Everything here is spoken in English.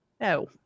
No